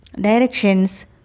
directions